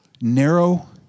narrow